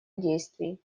действий